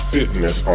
Fitness